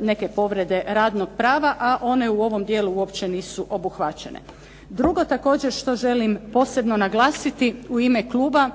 neke povrede radnog prava, a one u ovom dijelu uopće nisu obuhvaćene. Drugo također što želim posebno naglasiti u ime kluba,